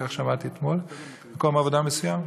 כך שמעתי אתמול במקום עבודה מסוים,